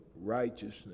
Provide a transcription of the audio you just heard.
righteousness